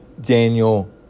Daniel